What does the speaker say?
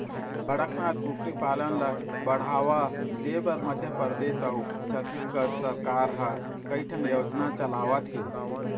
कड़कनाथ कुकरी पालन ल बढ़ावा देबर मध्य परदेस अउ छत्तीसगढ़ सरकार ह कइठन योजना चलावत हे